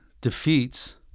defeats